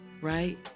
right